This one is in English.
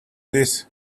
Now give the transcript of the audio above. this